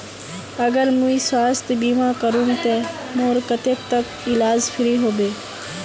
अगर मुई स्वास्थ्य बीमा करूम ते मोर कतेक तक इलाज फ्री होबे?